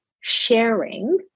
sharing